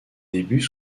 débuts